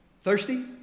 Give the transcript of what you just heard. Thirsty